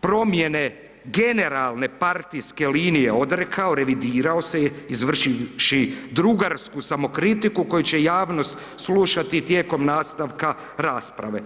promjene generalne partijske linije, odrekao, revidirao se je izvršivši drugarsku samokritiku koju će javnost slušati tijekom nastavka rasprave.